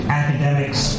academics